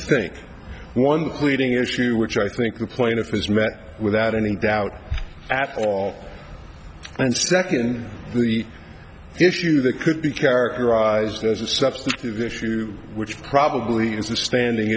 think one pleading issue which i think the plaintiff has met without any doubt at all and second the issue that could be characterized as a substitute issue which probably is a standing